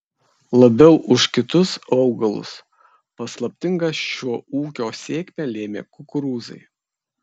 labiau už kitus augalus paslaptingą šio ūkio sėkmę lėmė kukurūzai